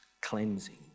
cleansing